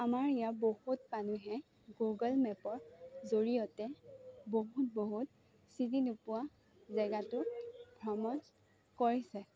আমাৰ ইয়াত বহুত মানুহে গুগল মেপৰ জৰিয়তে বহুত বহুত চিনি নোপোৱা জেগাটো ভ্ৰমণ কৰিছে